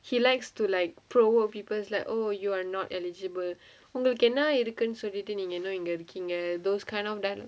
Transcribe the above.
he likes to like provoke people like oh you're not eligible ஒங்களுக்கு என்னா இருக்குனு சொல்லிட்டு நீங்க இன்னு இங்க இருகிங்க:ongalukku ennaa irukkunu sollittu neenga innu inga irukkinga those kind of danc~